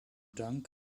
dank